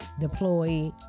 deploy